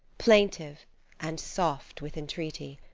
plaintive and soft with entreaty.